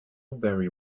very